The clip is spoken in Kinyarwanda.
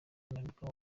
w’imperuka